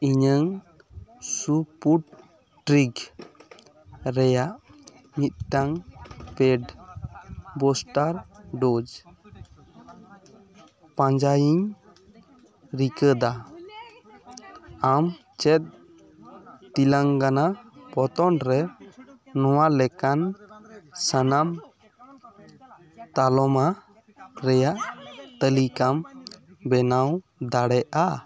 ᱤᱧ ᱥᱯᱩᱴᱱᱤᱠ ᱨᱮᱱᱟᱜ ᱢᱤᱫᱴᱟᱝ ᱯᱮᱰ ᱵᱩᱥᱴᱟᱨ ᱰᱳᱡᱽ ᱯᱟᱸᱡᱟᱭᱤᱧ ᱨᱤᱠᱟᱹᱭᱮᱫᱟ ᱟᱢ ᱪᱮᱫ ᱛᱮᱞᱮᱝᱜᱟᱱᱟ ᱯᱚᱱᱚᱛᱨᱮ ᱱᱚᱣᱟ ᱞᱮᱠᱟᱱ ᱥᱟᱱᱟᱢ ᱛᱟᱞᱢᱟ ᱨᱮᱱᱟᱜ ᱛᱟᱞᱤᱠᱟᱢ ᱵᱮᱱᱟᱣ ᱫᱟᱲᱮᱭᱟᱜᱼᱟ